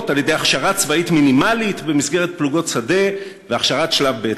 על-ידי הכשרה צבאית מינימלית במסגרת פלוגות שדה והכשרת שלב ב'.